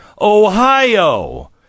ohio